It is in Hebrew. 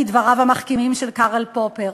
כדבריו המחכימים של קרל פופר.